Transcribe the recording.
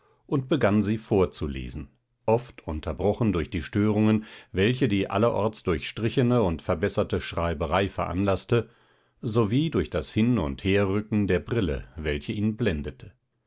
und begann sie vorzulesen oft unterbrochen durch die störungen welche die allerorts durchstrichene und verbesserte schreiberei veranlaßte sowie durch das hin und herrücken der brille welche ihn blendete